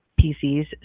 PCs